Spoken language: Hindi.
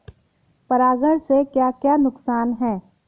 परागण से क्या क्या नुकसान हैं?